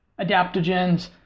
adaptogens